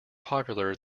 popular